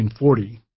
1940